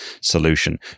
solution